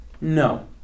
No